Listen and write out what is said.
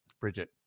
Bridget